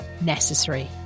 necessary